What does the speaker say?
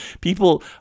People